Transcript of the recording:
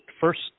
first